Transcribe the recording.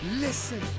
Listen